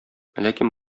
ләкин